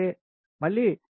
మళ్ళీ 2pm నుండి 6 pm వరకు 2